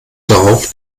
darauf